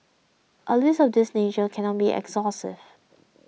a list of this nature cannot be exhaustive